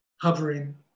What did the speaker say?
hovering